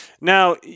Now